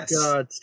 god